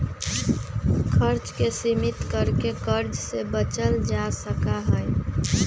खर्च के सीमित कर के कर्ज से बचल जा सका हई